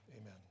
Amen